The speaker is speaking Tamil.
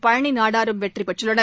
பழனி நாடாரும் வெற்றி பெற்றுள்ளனர்